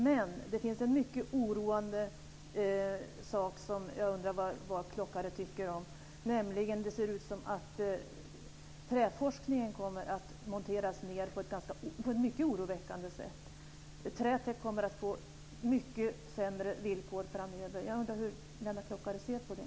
Men det finns en mycket oroande sak som jag undrar vad Lennart Klockare har för åsikt om, nämligen att det ser ut som att träforskningen kommer att monteras ned på ett mycket oroväckande sätt. Träet kommer att få mycket sämre villkor framöver. Jag undrar hur Lennart Klockare ser på det.